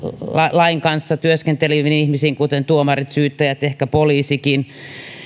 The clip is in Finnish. lain kanssa työskenteleviin ihmisiin kuten tuomarit syyttäjät ehkä poliisikin